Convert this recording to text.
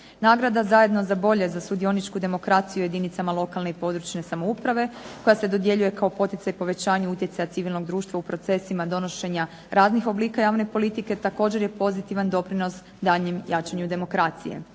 Nagrada "Zajedno za bolje" za sudioničku demokraciju u jedinicama lokalne i područne samouprave koja se dodjeljuje kao poticaj povećanju utjecaja civilnog društva u procesima donošenja raznih oblika javne politike također je pozitivan doprinos daljnjem jačanju demokracije.